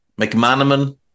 McManaman